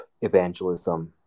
evangelism